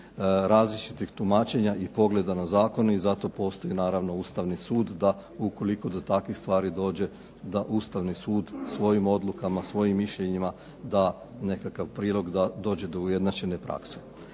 različitih tumačenja i pogleda na zakone i zato postoji naravno Ustavni sud da ukoliko do takvih stvari da Ustavni sud svojim odlukama, svojim mišljenja da nekakav prilog da dođe do ujednačene prakse.